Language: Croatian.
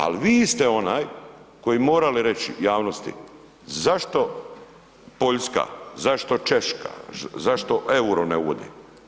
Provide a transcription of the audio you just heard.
Ali vi ste onaj koji mora reći javnosti zašto Poljska, zašto Češka, zašto EUR-o ne uvode?